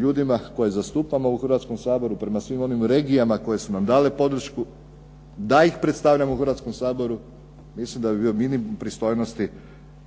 ljudima koje zastupamo u Hrvatskom saboru, prema svim onim regijama koje su nam dale podršku da ih predstavljamo u Hrvatskom saboru. Mislim da bi bio minimum pristojnosti